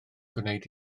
gwneud